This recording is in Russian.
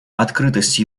открытости